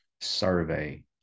survey